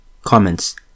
Comments